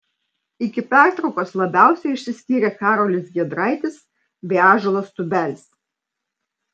iki pertraukos labiausiai išsiskyrė karolis giedraitis bei ąžuolas tubelis